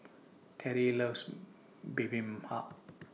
Terrie loves Bibimbap